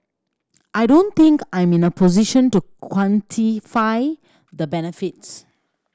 I don't think I'm in a position to quantify the benefits